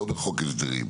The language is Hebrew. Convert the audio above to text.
לא בחוק ההסדרים,